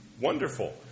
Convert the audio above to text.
Wonderful